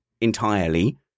entirely